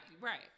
right